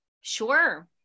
Sure